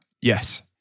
Yes